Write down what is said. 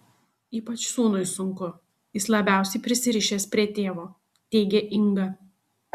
ypač sūnui sunku jis labiausiai prisirišęs prie tėvo teigė inga